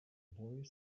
boy